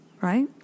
Right